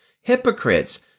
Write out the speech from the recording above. Hypocrites